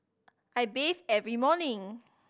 I bathe every morning